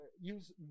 use